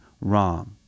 wrong